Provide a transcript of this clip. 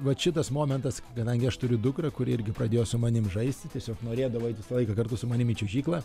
vat šitas momentas kadangi aš turiu dukrą kuri irgi pradėjo su manim žaisti tiesiog norėdavo eit visą laiką kartu su manim į čiuožyklą